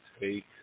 take